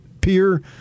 peer